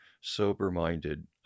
sober-minded